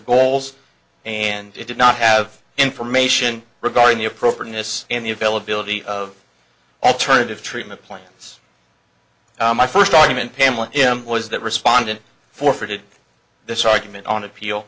goals and it did not have information regarding the appropriateness and the availability of alternative treatment plans my first argument pamela him was that respondent forfeited this argument on appeal